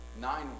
nine